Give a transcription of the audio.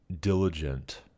diligent